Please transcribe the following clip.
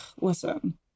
Listen